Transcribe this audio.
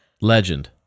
Legend